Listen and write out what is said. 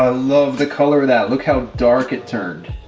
ah love the color of that. look how dark it turned.